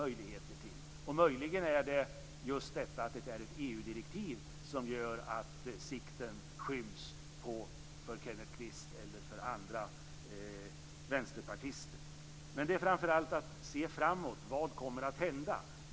Det är möjligen just detta att det är ett EU-direktiv som gör att sikten skyms för Det gäller framför allt att se framåt. Vad kommer att hända?